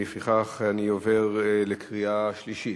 לפיכך, אני עובר לקריאה שלישית.